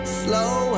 slow